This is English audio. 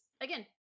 again